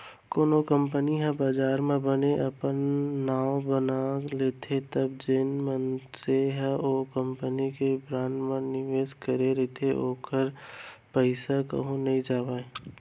कोनो कंपनी ह बजार म बने अपन नांव बना लेथे तब जेन मनसे ह ओ कंपनी के बांड म निवेस करे रहिथे ओखर पइसा कहूँ नइ जावय